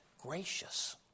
gracious